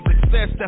success